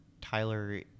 Tyler